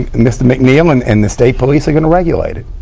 mr. mcneal and and the state police are going to regulate it.